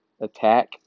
attack